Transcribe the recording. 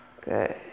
Good